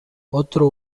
otro